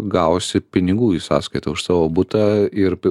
gausi pinigų į sąskaitą už savo butą ir